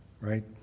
right